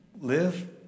live